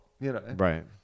Right